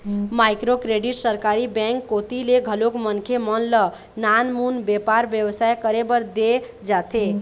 micro credit सरकारी bank कोती ले घलोक मनखे मन ल नानमुन बेपार बेवसाय करे बर देय जाथे